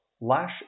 Lash &